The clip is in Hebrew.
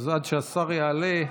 עד שהשר יעלה,